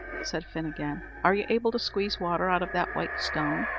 said fin again are you able to squeeze water out of that white stone?